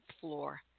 floor